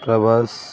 Prabhas